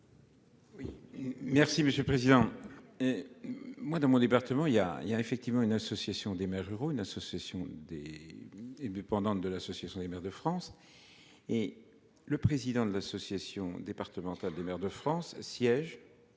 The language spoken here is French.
Merci monsieur le président et moi dans mon département, il y a il y a effectivement une association des maires ruraux, une association des et bé pendant de l'Association des maires de France. Et le président de l'association départementale des maires de France siège.